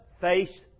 face